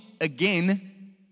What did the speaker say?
again